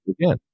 Again